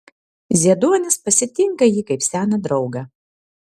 zieduonis pasitinka jį kaip seną draugą